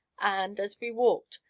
and, as we walked,